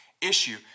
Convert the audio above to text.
issue